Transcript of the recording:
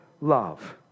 love